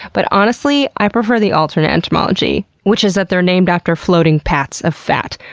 but honestly, i prefer the alternate etymology, which is that they're named after floating pats of fat.